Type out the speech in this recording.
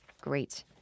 great